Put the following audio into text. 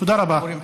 תודה רבה.